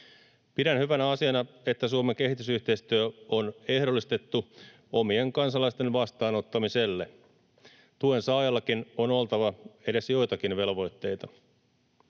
Pidän hyvänä asiana, että Suomen kehitysyhteistyö on ehdollistettu omien kansalaisten vastaanottamiselle; tuen saajallakin on oltava edes joitakin velvoitteita.